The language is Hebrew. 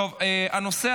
טוב, אז בעד,